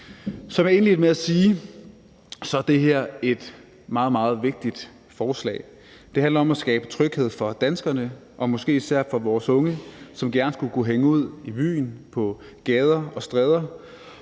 Som jeg indledte med at sige, er det her et meget, meget vigtigt forslag. Det handler om at skabe tryghed for danskerne og måske især for vores unge, som gerne skulle kunne hænge ud i byen, på gader og stræder,